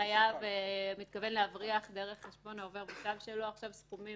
שחייב מתכוון להבריח דרך חשבון העובר ושב שלו סכומים